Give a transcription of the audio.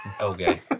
Okay